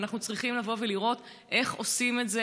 ואנחנו צריכים לבוא ולראות איך עושים את זה